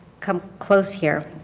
come close here.